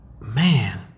man